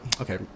Okay